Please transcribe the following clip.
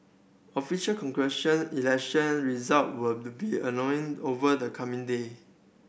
official election result were to be annoying over the coming day